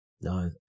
no